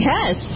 Yes